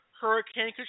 Hurricane